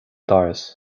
doras